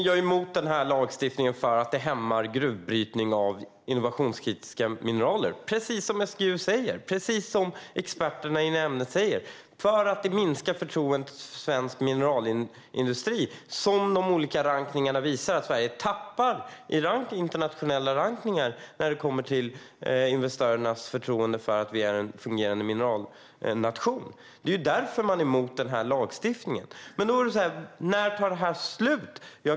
Fru talman! Jag är emot lagstiftningen för att den hämmar gruvbrytning av innovationskritiska mineraler, precis som SGU och experterna på området säger. Det minskar förtroendet för svensk mineralindustri. Detta syns även i olika rankningar. Sverige tappar i internationell rankning när det handlar om investerarnas förtroende för att vi är en fungerande mineralnation. Det är därför man är emot lagstiftningen. Men när tar detta slut?